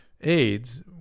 AIDS